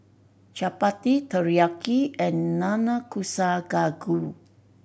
Chapati Teriyaki and Nanakusa Gayu